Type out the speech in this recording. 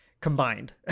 combined